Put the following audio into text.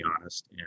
honest